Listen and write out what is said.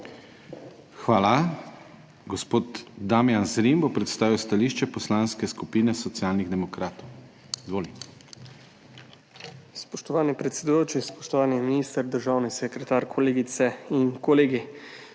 Hvala. Gospod Damijan Zrim bo predstavil stališče Poslanske skupine Socialnih demokratov. Izvoli. **DAMIJAN ZRIM (PS SD):** Spoštovani predsedujoči, spoštovani minister, državni sekretar, kolegice in kolegi!